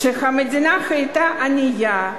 כשהמדינה היתה ענייה,